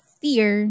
fear